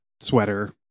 sweater